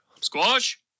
Squash